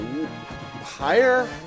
Higher